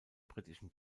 britischen